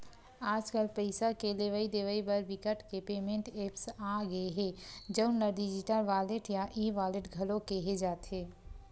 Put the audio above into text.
आजकल पइसा के लेवइ देवइ बर बिकट के पेमेंट ऐप्स आ गे हे जउन ल डिजिटल वॉलेट या ई वॉलेट घलो केहे जाथे